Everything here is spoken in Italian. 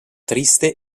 triste